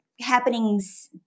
happenings